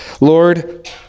Lord